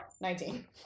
Nineteen